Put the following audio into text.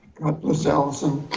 god bless allison